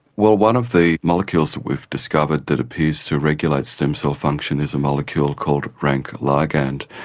well, one of the molecules that we've discovered that appears to regulate stem cell function is a molecule called rank like and